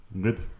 Good